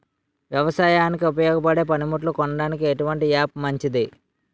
వ్యవసాయానికి ఉపయోగపడే పనిముట్లు కొనడానికి ఎటువంటి యాప్ మంచిది?